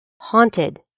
haunted